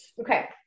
okay